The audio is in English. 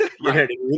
Right